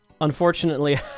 Unfortunately